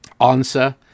Answer